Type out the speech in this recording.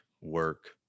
work